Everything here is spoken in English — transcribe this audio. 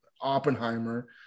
oppenheimer